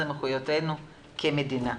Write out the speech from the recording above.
זו מחויבותנו כמדינה.